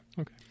Okay